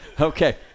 Okay